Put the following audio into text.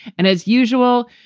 and as usual,